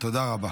תודה רבה.